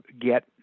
get